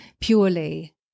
purely